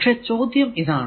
പക്ഷെ ചോദ്യം ഇതാണ്